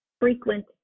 frequent